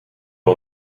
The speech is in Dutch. wel